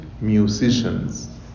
Musicians